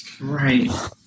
Right